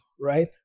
right